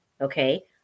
Okay